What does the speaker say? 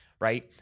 right